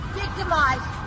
victimized